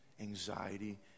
anxiety